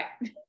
right